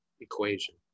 equation